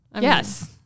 Yes